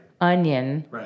onion